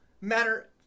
matter